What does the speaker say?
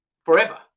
forever